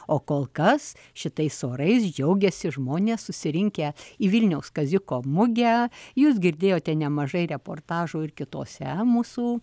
o kol kas šitais orais džiaugiasi žmonės susirinkę į vilniaus kaziuko mugę jūs girdėjote nemažai reportažų ir kitose mūsų